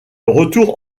retour